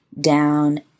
down